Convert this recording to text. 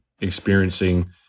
experiencing